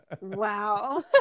wow